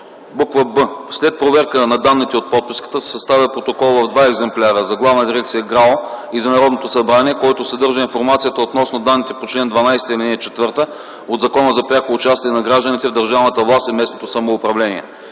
ГРАО; б) след проверка на данните от подписката се съставя протокол в два екземпляра – за Главна дирекция ГРАО и за Народното събрание, който съдържа информацията относно данните по чл. 12, ал. 4 от Закона за пряко участие на гражданите в държавната власт и местното самоуправление.